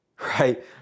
right